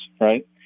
right